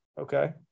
Okay